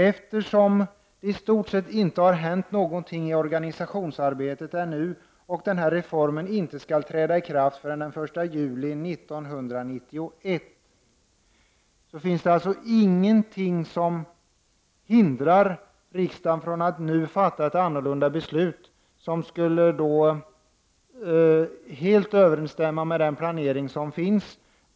Eftersom det i stort sett inte har hänt någonting i organisationsarbetet ännu och denna reform inte skall träda i kraft förrän den 1 juli 1991 finns det alltså ingenting som hindrar riksdagen från att nu fatta ett annorlunda beslut, ett beslut som helt skulle överensstämma med den planering som finns.